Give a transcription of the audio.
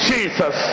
Jesus